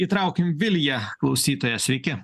įtraukim viliją klausytoją sveiki